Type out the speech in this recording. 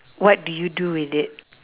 what do you do with it